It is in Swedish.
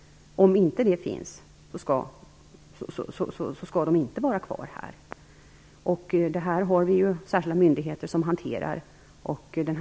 Om det inte finns sådana skäl skall de inte få stanna här. Vi har särskilda myndigheter som hanterar det här.